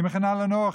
היא מכינה לנו אוכל,